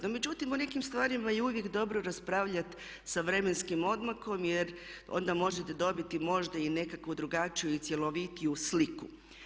No međutim, o nekim stvarima je uvijek dobro raspravljati sa vremenskim odmakom jer onda možete dobiti možda i nekakvu drugačiju i cjelovitiju sliku.